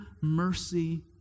mercy